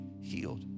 healed